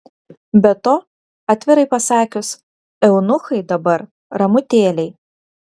be to atvirai pasakius eunuchai dabar ramutėliai